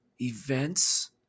events